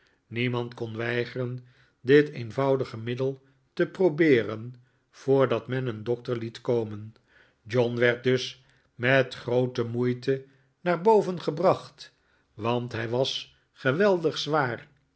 niemand kon weigeren dit eenvoudige middel te probeeren voordat men een dokter liet komen john werd dus met groote moeite naar boven gebracht want hij was geweldig zwaar